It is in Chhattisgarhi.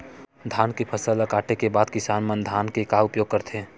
धान के फसल ला काटे के बाद किसान मन धान के का उपयोग करथे?